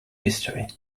history